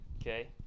okay